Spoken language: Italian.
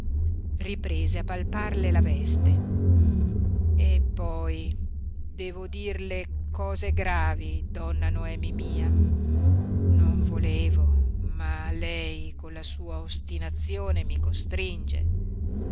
riprese a palparle la veste eppoi devo dirle cose gravi donna noemi mia non volevo ma lei con la sua ostinazione mi costringe